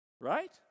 Right